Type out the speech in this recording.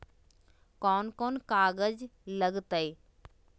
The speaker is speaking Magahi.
कौन कौन कागज लग तय?